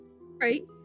Right